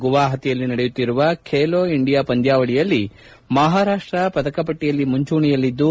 ಗುವಾಪತಿಯಲ್ಲಿ ನಡೆಯುತ್ತಿರುವ ಖೇಲೋ ಇಂಡಿಯಾ ಪಂದ್ಯಾವಳಿಯಲ್ಲಿ ಮಹಾರಾಷ್ಸ ಪದಕಪಟ್ಲಿಯಲ್ಲಿ ಮುಂಚೂಣಿಯಲಿದ್ಲು